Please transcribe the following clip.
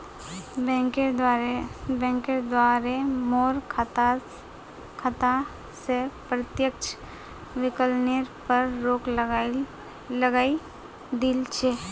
बैंकेर द्वारे मोर खाता स प्रत्यक्ष विकलनेर पर रोक लगइ दिल छ